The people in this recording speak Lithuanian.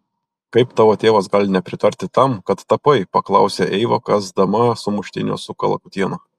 kaip tavo tėvas gali nepritarti tam kad tapai paklausė eiva kąsdama sumuštinio su kalakutiena